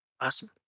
Awesome